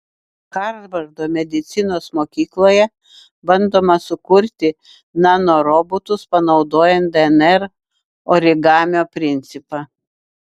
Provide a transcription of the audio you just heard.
harvardo medicinos mokykloje bandoma sukurti nanorobotus panaudojant dnr origamio principą